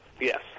Yes